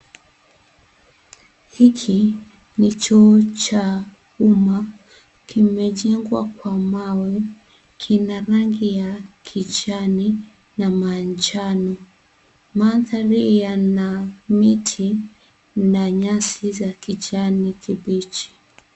Hiki ni choo cha umma kimejengwa kwa mawe kina rangi ya kijani na manjano. Mandhari yana miti na nyasi za kijani kibichi.